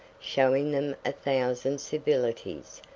showing them a thousand civilities,